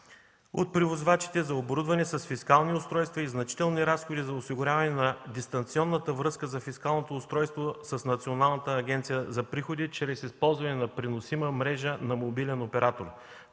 от превозвачите за оборудване с фискални устройства и значителни разходи за осигуряване на дистанционната връзка на фискалното устройство с Националната агенция за приходите чрез използване на преносима мрежа на мобилен оператор.